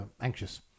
anxious